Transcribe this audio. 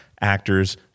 actors